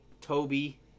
Toby